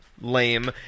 lame